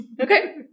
Okay